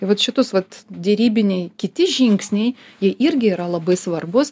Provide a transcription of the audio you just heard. i vat šitus vat derybiniai kiti žingsniai jie irgi yra labai svarbūs